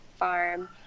farm